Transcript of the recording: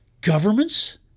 governments